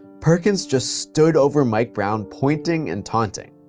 perkins just stood over mike brown, pointing and taunting.